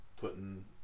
putting